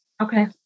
okay